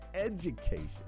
education